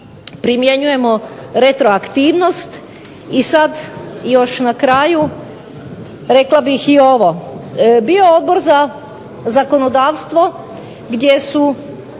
primjenjujemo retroaktivnost, i sad još na kraju rekla bih i ovo. Bio je Odbor za zakonodavstvo gdje su